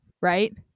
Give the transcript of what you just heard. right